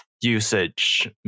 usage